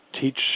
teach